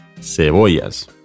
cebollas